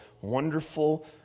Wonderful